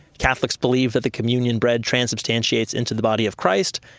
catholics believe that the communion bread transsubstantiates into the body of christ,